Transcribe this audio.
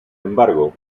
embargo